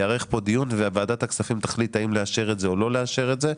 ייערך כאן דיון וועדת הכספים תחליט האם לאשר את זה או לא לאשר את זה.